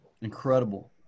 incredible